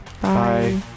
Bye